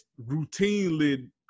routinely